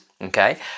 okay